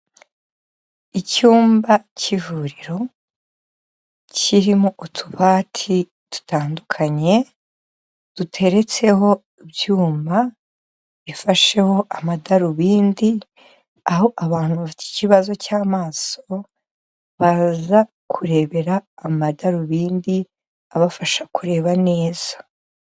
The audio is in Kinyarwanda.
Icyumba cy'ivuriro, kirimo utubati dutandukanye, duteretseho ibyuma bifasheho amadarubindi, aho abantu bafite ikibazo cy'amaso baza kurebera amadarubindi abafasha kureba neza.